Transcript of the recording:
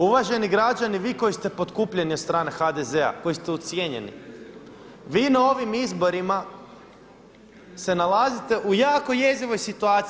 Uvaženi građani, vi koji ste potkupljeni od strane HDZ-a, koji ste ucijenjeni, vi na ovim izborima se nalazite u jako jezivoj situaciji.